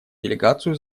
делегацию